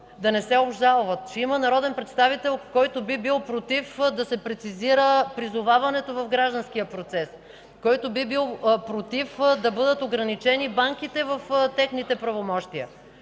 да не се обжалват; че има народен представител, който би бил против да се прецизира призоваването в гражданския процес, който би бил против да бъдат ограничени банките в техните правомощия.